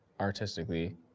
artistically